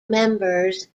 members